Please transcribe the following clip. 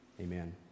Amen